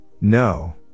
no